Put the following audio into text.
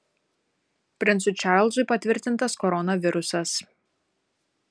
princui čarlzui patvirtintas koronavirusas